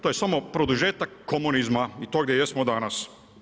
To je samo produžetak komunizma i to gdje jesmo danas.